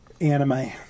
anime